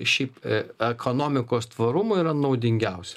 šiaip ekonomikos tvarumu yra naudingiausia